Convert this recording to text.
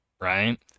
Right